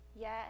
Yes